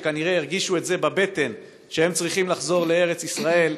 שכנראה הרגישו בבטן שהם צריכים לחזור לארץ-ישראל.